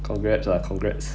congrats ah congrats